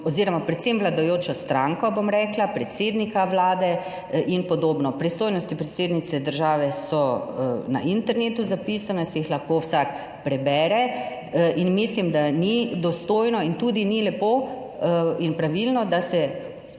oz. predvsem vladajočo stranko, bom rekla, predsednika Vlade ipd. Pristojnosti predsednice države so na internetu zapisane, si jih lahko vsak prebere. Mislim, da ni dostojno in tudi ni lepo in pravilno, da se